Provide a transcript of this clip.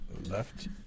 Left